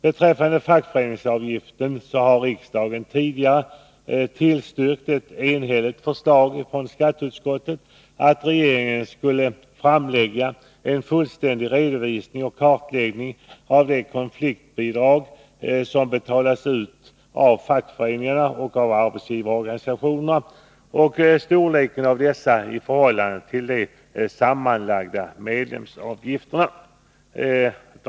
Beträffande fackföreningsavgiften har riksdagen tidigare bifallit ett enhälligt förslag från skatteutskottet att regeringen skulle framlägga en fullständig redovisning och kartläggning av de konfliktbidrag som betalats ut av fackföreningarna och av arbetsgivarorganisationerna och av storleken av dessa i förhållande till de sammanlagda medlemsavgifterna.